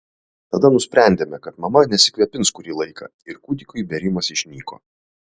tada nusprendėme kad mama nesikvėpins kurį laiką ir kūdikiui bėrimas išnyko